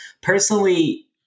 Personally